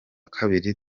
kabiri